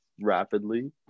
rapidly